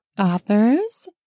authors